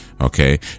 Okay